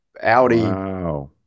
Audi